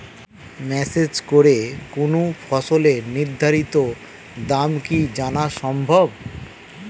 Message করে কোন ফসলের নির্ধারিত দাম কি জানা সম্ভব?